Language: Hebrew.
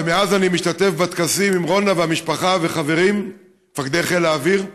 ומאז אני משתתף בטקסים עם רונה והמשפחה והחברים ומפקדי חיל האוויר,